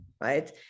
right